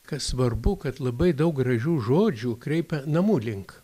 kas svarbu kad labai daug gražių žodžių kreipia namų link